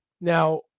Now